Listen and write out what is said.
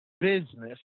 business